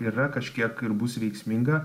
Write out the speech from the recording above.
yra kažkiek ir bus veiksminga